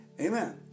Amen